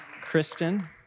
Kristen